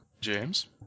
James